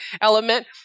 element